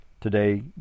Today